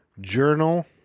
journal